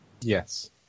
Yes